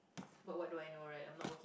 but what do I know right I'm not work